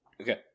Okay